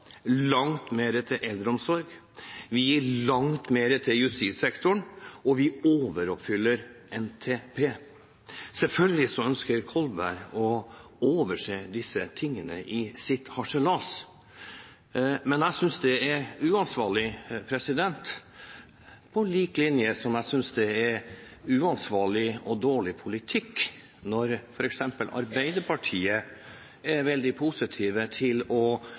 langt mer til eldreomsorg. Vi gir langt mer til justissektoren, og vi overoppfyller NTP. Selvfølgelig ønsker Kolberg å overse disse tingene i sin harselas, men jeg synes det er uansvarlig, på lik linje med at jeg synes det er uansvarlig og dårlig politikk når f.eks. de i Arbeiderpartiet er veldig positive til å